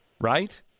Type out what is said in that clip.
right